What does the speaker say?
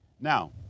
Now